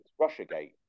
Russiagate